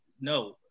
no